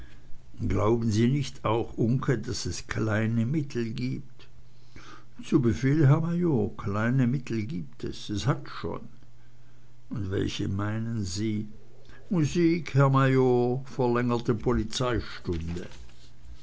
glauben sie nicht auch uncke daß es kleine mittel gibt zu befehl herr major kleine mittel gibt es es hat's schon und welche meinen sie musik herr major und verlängerte polizeistunde